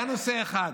היה נושא אחד.